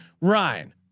Ryan